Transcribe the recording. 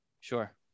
Sure